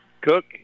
Cook